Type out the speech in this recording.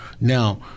Now